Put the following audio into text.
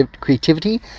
creativity